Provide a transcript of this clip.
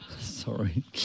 sorry